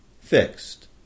fixed